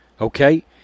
okay